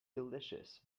delicious